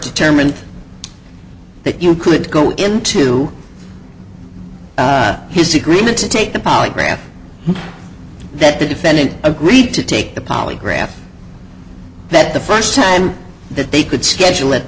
determined that you could go into his agreement to take a polygraph and that the defendant agreed to take the polygraph that the first time that they could schedule it